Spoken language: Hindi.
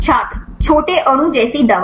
छात्र छोटे अणु जैसी दवा